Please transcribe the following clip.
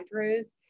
Andrews